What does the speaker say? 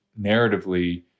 narratively